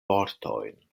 vortojn